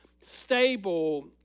stable